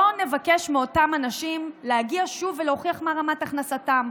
לא נבקש מאותם אנשים להגיע שוב ולהוכיח מה רמת הכנסתם.